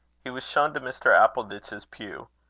he was shown to mr. appleditch's pew.